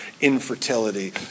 infertility